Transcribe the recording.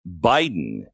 biden